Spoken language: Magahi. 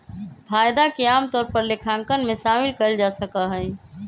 फायदा के आमतौर पर लेखांकन में शामिल कइल जा सका हई